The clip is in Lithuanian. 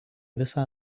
visą